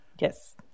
Yes